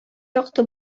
якты